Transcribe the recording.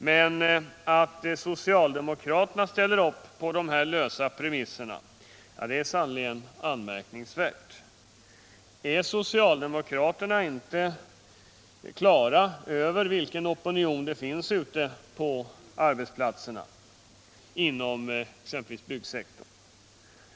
Men att socialdemokraterna ställer upp på dessa lösa premisser är sannerligen anmärkningsvärt. Är socialdemokraterna inte klara över vilken opinion det finns ute på arbetsplatserna inom exempelvis byggsektorn?